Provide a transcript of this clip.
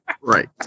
Right